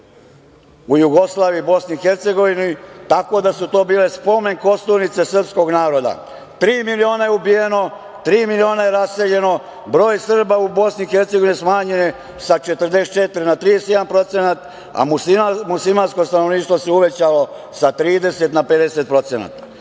u Jugoslaviji, u Bosni i Hercegovini, tako da su to bile spomen kosturnice srpskog naroda. Tri miliona je ubijeno, tri miliona je raseljeno. Broj Srba u Bosni i Hercegovini smanjen je sa 44% na 31%, a muslimansko stanovništvo se uvećalo sa 30% na 50%.Teritorije